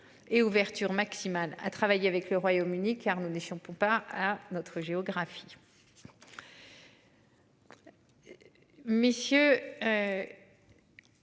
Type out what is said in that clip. Et ouverture maximale à travailler avec le Royaume-Uni, car nous n'étions pas à notre géographie.